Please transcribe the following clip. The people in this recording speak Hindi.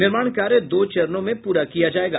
निर्माण कार्य दो चरणों में पूरा किया जायेगा